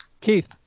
Keith